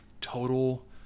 Total